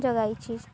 ଜଗାଇଛି